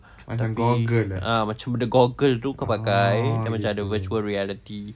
macam goggle eh oh gitu